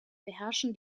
beherrschen